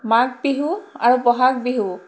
মাঘ বিহু আৰু বহাগ বিহু